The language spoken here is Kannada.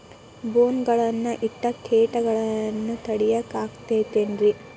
ಬೋನ್ ಗಳನ್ನ ಇಟ್ಟ ಕೇಟಗಳನ್ನು ತಡಿಯಾಕ್ ಆಕ್ಕೇತೇನ್ರಿ?